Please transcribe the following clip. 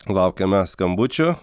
laukiame skambučių